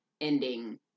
ending